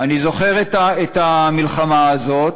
אני זוכר את המלחמה הזאת.